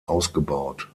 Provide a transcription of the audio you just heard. ausgebaut